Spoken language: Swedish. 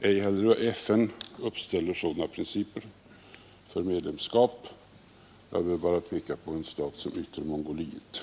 Ej heller FN uppställer sådana principer för medlemskap. Jag behöver bara peka på en sådan stat som Yttre Mongoliet.